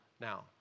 now